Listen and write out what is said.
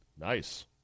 Nice